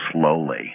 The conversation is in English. slowly